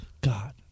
God